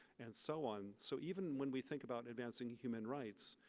and so on. so even when we think about advancing human rights,